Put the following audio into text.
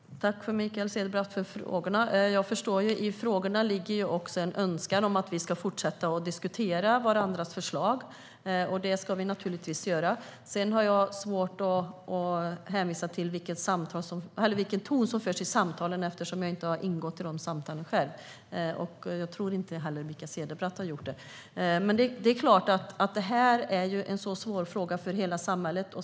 Herr talman! Tack, Mikael Cederbratt, för frågorna! Jag förstår att det i frågorna också ligger en önskan om att vi ska fortsätta diskutera varandras förslag. Det ska vi naturligtvis göra. Sedan har jag svårt att diskutera vilken ton som finns i de samtal som förs eftersom jag inte själv har deltagit i de samtalen. Jag tror att inte heller Mikael Cederbratt har gjort det. Detta är en svår fråga för hela samhället.